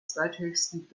zweithöchsten